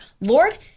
Lord